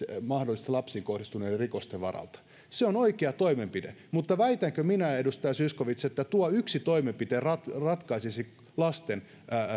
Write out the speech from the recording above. lapsiin kohdistuneiden rikosten varalta se on oikea toimenpide mutta väitänkö minä edustaja zyskowicz että tuo yksi toimenpide ratkaisisi lasten